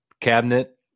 cabinet